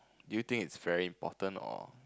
do you think it's very important or